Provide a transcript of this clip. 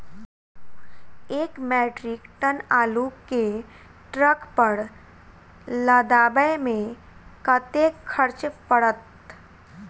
एक metric ton आलु केँ ट्रक पर लदाबै मे कतेक खर्च पड़त?